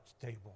table